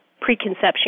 preconception